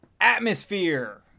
Atmosphere